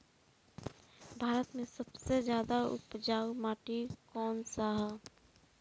भारत मे सबसे ज्यादा उपजाऊ माटी कउन सा ह?